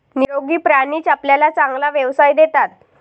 निरोगी प्राणीच आपल्याला चांगला व्यवसाय देतात